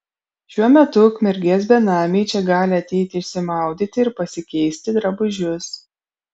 šiuo metu ukmergės benamiai čia gali ateiti išsimaudyti ir pasikeisti drabužius